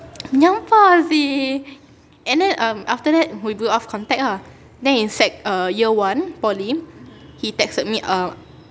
menyampah seh and then um after that we go off contact ah then in sec err year one poly he texted me uh